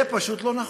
זה פשוט לא נכון.